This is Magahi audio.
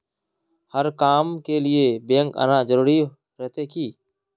हर काम के लिए बैंक आना जरूरी रहते की?